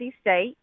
state